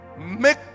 make